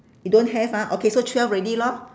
you don't have ah okay so twelve already lor